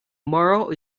moral